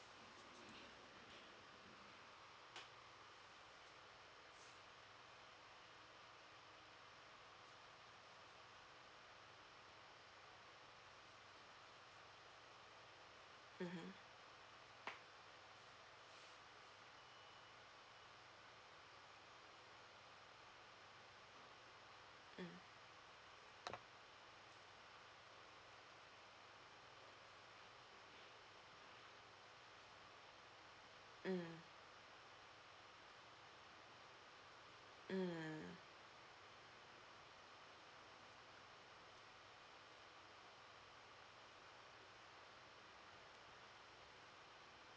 mmhmm mm mm mm